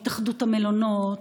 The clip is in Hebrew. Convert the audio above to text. התאחדות המלונות,